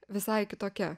visai kitokia